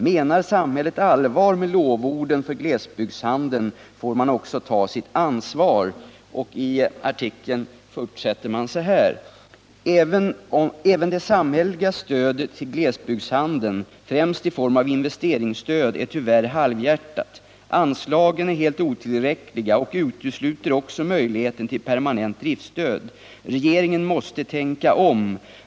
Menar samhället allvar med lovorden för glesbygdshandeln får man också ta sitt ansvar.” Artikeln fortsätter: ”Även det samhälleliga stödet till glesbygdshandeln — främst i form av investeringsstöd — är tyvärr halvhjärtat. Anslagen är helt otillräckliga och utesluter också möjligheten till permanent driftsstöd. Regeringen måste tänka om!